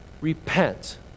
repent